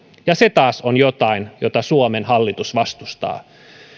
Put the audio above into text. ja se taas on jotain mitä suomen hallitus vastustaa